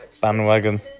bandwagon